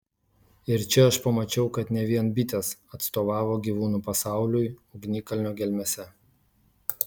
ir čia aš pamačiau kad ne vien bitės atstovavo gyvūnų pasauliui ugnikalnio gelmėse